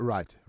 Right